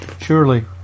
surely